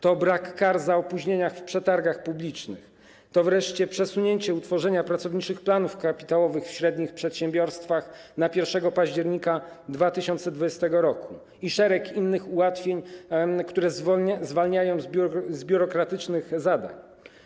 To brak kar za opóźnienia w przetargach publicznych, to wreszcie przesunięcie utworzenia pracowniczych planów kapitałowych w średnich przedsiębiorstwach na 1 października 2020 r. i szereg innych ułatwień, które zwalniają z biurokratycznych zadań.